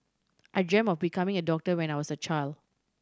I dreamt of becoming a doctor when I was a child